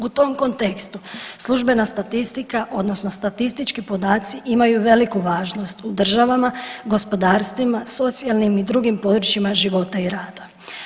U tom kontekstu službena statistika odnosno statistički podaci imaju veliku važnost u državama, gospodarstvima, socijalnim i drugim područjima života i rada.